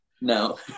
No